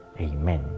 amen